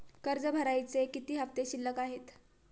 कर्ज भरण्याचे किती हफ्ते शिल्लक आहेत?